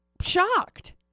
shocked